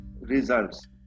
results